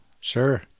sure